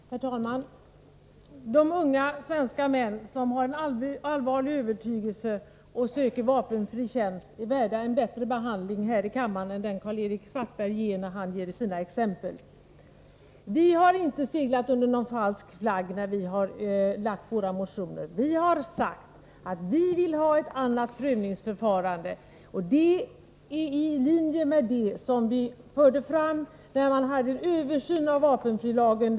Herr talman! De unga svenska män som har en allvarlig övertygelse och söker vapenfri tjänst är värda en bättre behandling här i kammaren än den Karl-Erik Svartberg ger i sina exempel. Vi har inte seglat under någon falsk flagg när vi har väckt våra motioner. Vad vi har sagt är att vi vill ha ett annat prövningsförfarande, och det är i linje med det som vi förde fram i samband med översynen av vapenfrilagen.